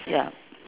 ya